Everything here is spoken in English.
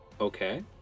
Okay